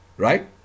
Right